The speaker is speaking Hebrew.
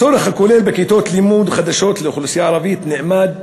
הצורך הכולל בכיתות לימוד חדשות לאוכלוסייה ערבית נאמד